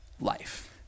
life